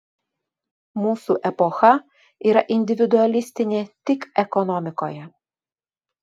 mūsų epocha yra individualistinė tik ekonomikoje